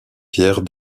pierre